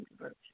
Version